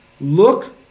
look